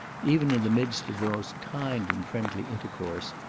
even in the midst of the most kind and friendly intercourse,